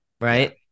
Right